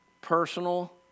personal